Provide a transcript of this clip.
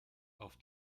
auf